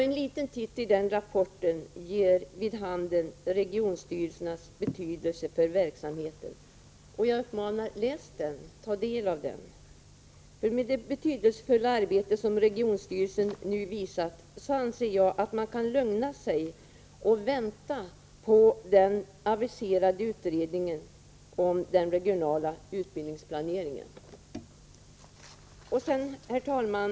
En liten titt i den rapporten ger vid handen vilken betydelse regionstyrelserna har för verksamheten. Jag uppmanar: Läs den, ta del av den! För med det betydelsefulla arbete som regionstyrelserna nu gör anser jag att man kan lugna sig och vänta på den aviserade utredningen om den regionala utbildningsplaneringen. Herr talman!